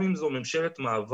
גם אם זו ממשלת מעבר,